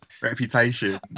reputation